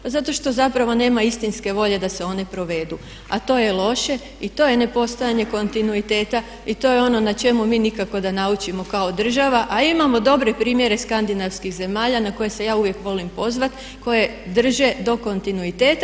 Pa zato što zapravo nema istinske volje da se one provedu, a to je loše i to je nepostojanje kontinuiteta i to je ono na čemu mi nikako da naučimo kao država, a imamo dobre primjere skandinavskih zemalja na koje se ja uvijek volim pozvati, koje drže do kontinuiteta.